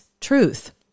truth